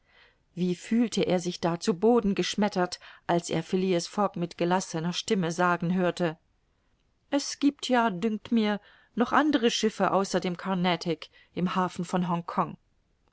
wie fühlte er sich da zu boden geschmettert als er phileas fogg mit gelassener stimme sagen hörte es giebt ja dünkt mir noch andere schiffe außer dem carnatic im hafen von